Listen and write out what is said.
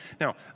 Now